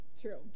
True